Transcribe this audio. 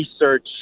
research